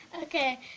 Okay